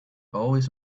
always